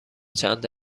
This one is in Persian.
چند